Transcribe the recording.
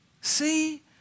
See